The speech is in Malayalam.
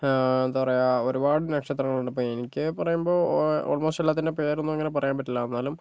എന്താ പറയുക ഒരുപാട് നക്ഷത്രങ്ങളുണ്ട് ഇപ്പോൾ എനിക്ക് പറയുമ്പോൾ ഓൾമോസ്റ്റ് എല്ലാത്തിൻ്റെ പേരൊന്നും അങ്ങനെ പറയാൻ പറ്റില്ല എന്നാലും